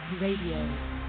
Radio